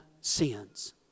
sins